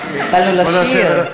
התחלנו לשיר.